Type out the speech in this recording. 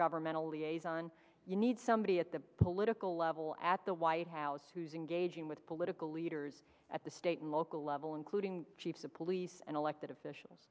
governmental liaison you need somebody at the political level at the white house who's engaging with political leaders at the state and local level including chiefs of police and elected officials